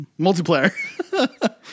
Multiplayer